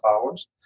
hours